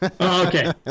Okay